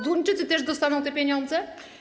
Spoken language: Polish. Duńczycy też dostaną te pieniądze?